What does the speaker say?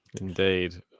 Indeed